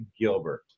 Gilbert